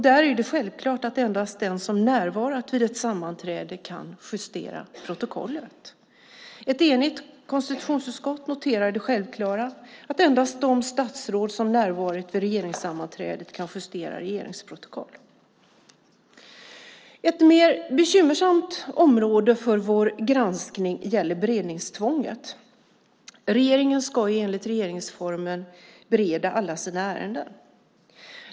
Där är det självklart att endast den som har närvarat vid ett sammanträde kan justera protokollet. Ett enigt konstitutionsutskott noterar det självklara att endast de statsråd som har varit närvarande vid regeringssammanträdet kan justera regeringsprotokoll. Ett mer bekymmersamt område för vår granskning gäller beredningstvånget. Regeringen ska enligt regeringsformen bereda alla sina ärenden.